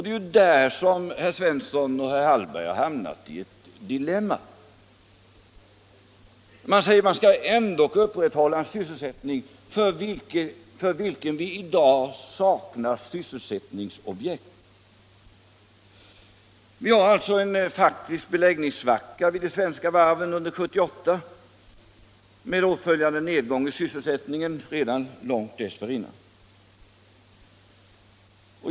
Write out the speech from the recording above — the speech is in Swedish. Det är på den punkten som herrar Svensson i Malmö och Hallgren har hamnat i ett dilemma. Man säger att en sysselsättning ändock skall upprätthållas, för vilken vi i dag saknar sysselsättningsobjekt. Vi har alltså en faktisk beläggningssvacka vid de svenska varven under 1978 med åtföljande nedgång i sysselsättningen redan långt dessförinnan.